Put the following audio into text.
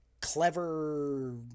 clever